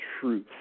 truth